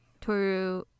Toru